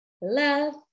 love